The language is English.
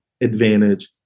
advantage